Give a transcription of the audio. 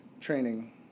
training